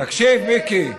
הקואליציה פה, תקשיב, מיקי.